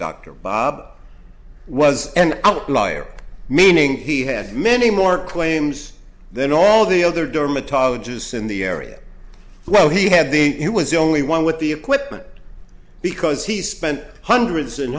dr bob was an outlier meaning he had many more claims than all the other dermatologists in the area well he had the he was the only one with the equipment because he spent hundreds and